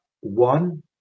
one